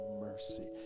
mercy